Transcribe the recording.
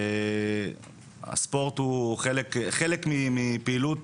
הספורט הוא חלק מפעילות